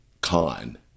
con